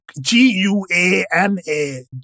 g-u-a-n-a